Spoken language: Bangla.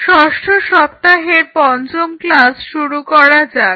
ষষ্ঠ সপ্তাহের পঞ্চম ক্লাস শুরু করা যাক